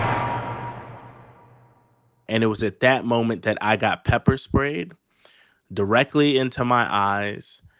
um and it was at that moment that i got pepper sprayed directly into my eyes.